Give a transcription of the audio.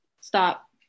stop